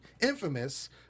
infamous